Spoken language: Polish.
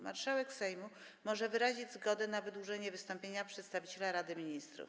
Marszałek Sejmu może wyrazić zgodę na wydłużenie wystąpienia przedstawiciela Rady Ministrów.